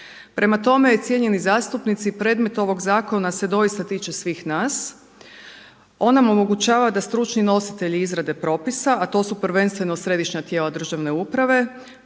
Prema tome, cijenjeni zastupnici, predmet ovog zakona se doista tiče svih nas. On nam omogućava da stručni nositelji izrade propisa a to su prvenstveno središnja tijela državne uprave